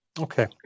Okay